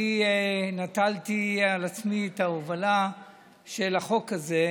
אני נטלתי על עצמי את ההובלה של החוק הזה,